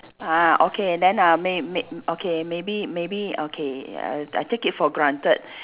ah okay then uh may~ may~ okay maybe maybe okay uh I take it for granted